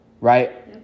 right